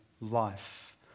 life